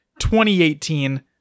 2018